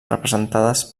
representades